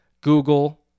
Google